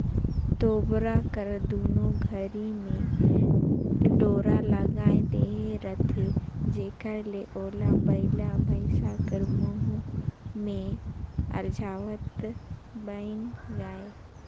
तोबरा कर दुनो घरी मे डोरा लगाए देहे रहथे जेकर ले ओला बइला भइसा कर मुंह मे अरझावत बइन जाए